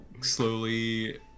slowly